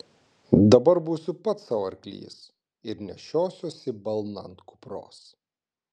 dabar būsiu pats sau arklys ir nešiosiuosi balną ant kupros